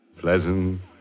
Pleasant